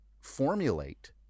formulate